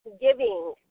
giving